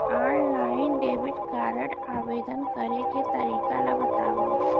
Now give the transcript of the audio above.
Online debit card आवेदन करे के तरीका ल बतावव?